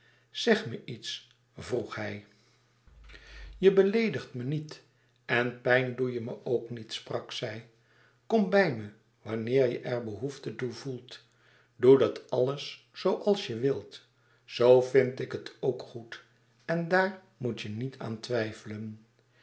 zeg me iets vroeg hij je beleedigt me niet en pijn doe je me ook niet sprak zij kom bij me wanneer je er behoefte toe voelt doe dat alles zoo als je wilt zoo vind ik het ook goed en daar moetje niet aan twijfelen